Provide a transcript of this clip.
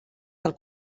del